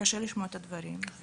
קשה לשמוע את הדברים.